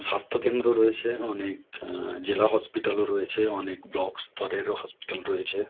স্বাস্থ্যকেন্দ্র রয়েছে অনেক জেলা হসপিটালও রয়েছে অনেক ব্লক স্তরেরও হসপিটাল রয়েছে